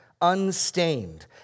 unstained